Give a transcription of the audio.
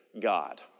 God